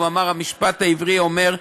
והוא אמר: המשפט העברי אומר: